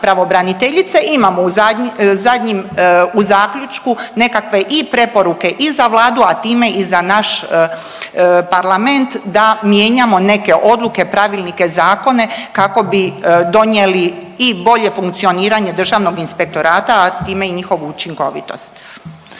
pravobraniteljice, imamo u zadnjim, u zaključku nekakve i preporuke i za Vladu, a time i za naš parlament da mijenjamo neke odluke, pravilnike, zakone kako bi donijeli i bolje funkcioniranje Državnog inspektorata, a time i njihovu učinkovitost.